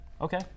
Okay